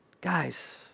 Guys